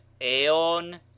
eon